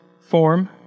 form